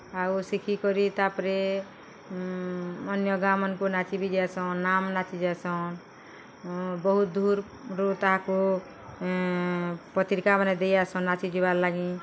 ଆଉ ଶିଖିକରି ତା'ପରେ ଅନ୍ୟ ଗାଁମାନ୍କୁ ନାଚି ବିି ଯାଏସନ୍ ନାମ୍ ନାଚି ଯାଏସନ୍ ବହୁତ୍ ଦୂର୍ରୁ ତାହାକୁ ପତ୍ରିକାମାନେ ଦେଇଆସନ୍ ନାଚି ଯିବାର୍ ଲାଗି